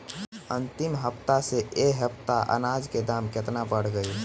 अंतिम हफ्ता से ए हफ्ता मे अनाज के दाम केतना बढ़ गएल?